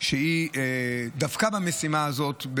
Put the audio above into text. שדבקה במשימה הזאת.